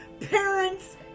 parents